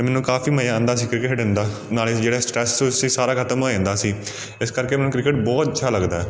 ਅਤੇ ਮੈਨੂੰ ਕਾਫ਼ੀ ਮਜ਼ਾ ਆਉਂਦਾ ਸੀ ਕ੍ਰਿਕਟ ਖੇਡਣ ਦਾ ਨਾਲ਼ੇ ਜਿਹੜਾ ਸਟ੍ਰੈੱਸ ਸਟਰੁੱਸ ਸੀ ਸਾਰਾ ਖ਼ਤਮ ਹੋ ਜਾਂਦਾ ਸੀ ਇਸ ਕਰਕੇ ਮੈਨੂੰ ਕ੍ਰਿਕਟ ਬਹੁਤ ਅੱਛਾ ਲੱਗਦਾ